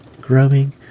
growing